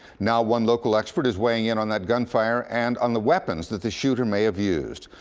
now one local expert is weighing in on that gun fire and on the weapons that the shooter may have used.